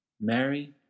Mary